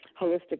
holistic